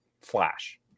flash